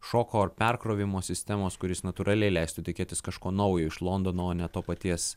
šoko ar perkrovimo sistemos kuris natūraliai leistų tikėtis kažko naujo iš londono o ne to paties